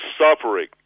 suffering